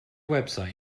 website